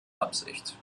absicht